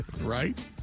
right